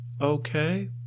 okay